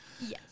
Yes